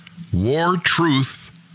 wartruth